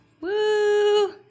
Woo